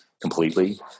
completely